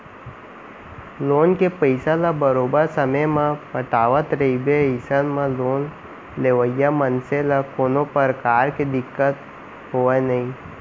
loan के पइसा ल बरोबर समे म पटावट रहिबे अइसन म लोन लेवइया मनसे ल कोनो परकार के दिक्कत होवय नइ